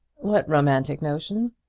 what romantic notion?